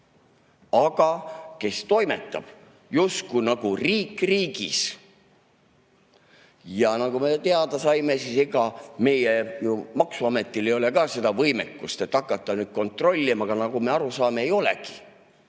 aga kes toimetab justkui nagu riik riigis. Ja nagu me teada saime, siis ega meie maksuametil ei ole ju ka seda võimekust, et hakata kontrollima. Nagu me aru saame, ei olegi.